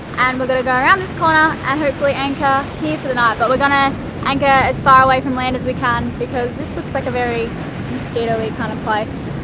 and we're going to go around this corner, and hopefully anchor here for the night, but we're going to anchor as far away from land as we can, because this looks like a very mosquito-ey kind of place.